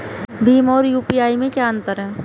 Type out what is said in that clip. भीम और यू.पी.आई में क्या अंतर है?